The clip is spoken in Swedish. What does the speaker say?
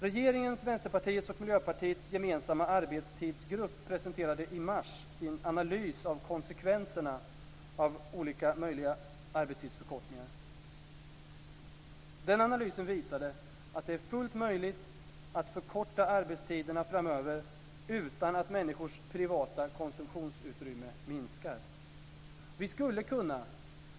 Regeringens, Vänsterpartiets och Miljöpartiets gemensamma arbetstidsgrupp presenterade i mars sin analys av konsekvenserna av olika möjliga arbetstidsförkortningar. Den analysen visade att det är fullt möjligt att förkorta arbetstiderna framöver utan att människors privata konsumtionsutrymme minskar.